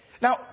Now